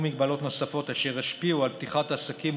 מגבלות נוספות אשר ישפיעו על פתיחת עסקים,